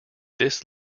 this